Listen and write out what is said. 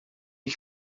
que